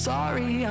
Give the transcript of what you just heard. Sorry